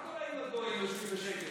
מה קורה אם הגויים יושבים בשקט?